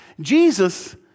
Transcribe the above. Jesus